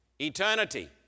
eternity